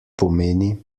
pomeni